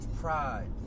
pride